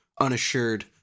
unassured